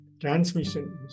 transmission